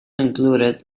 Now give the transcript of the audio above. included